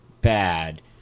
bad